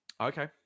Okay